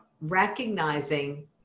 recognizing